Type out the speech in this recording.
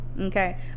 Okay